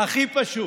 הכי פשוט.